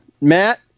Matt